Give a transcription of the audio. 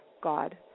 God